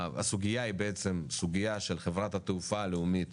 שהסוגייה היא בעצם סוגיה של חברת התעופה הלאומית